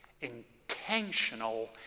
intentional